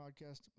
podcast